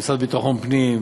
זה המשרד לביטחון הפנים,